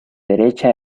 derecha